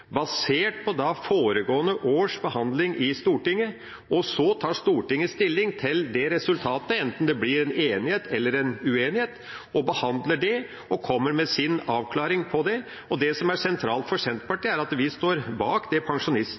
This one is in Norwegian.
basert på foregående års behandling i Stortinget, og så tar Stortinget stilling til det resultatet, enten det blir enighet eller uenighet, og behandler det, og kommer med sin avklaring på det. Det som er sentralt for Senterpartiet, er at vi står bak det